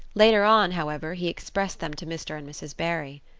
later on, however, he expressed them to mr. and mrs. barry.